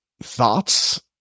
thoughts